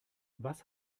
was